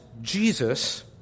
Jesus